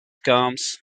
combs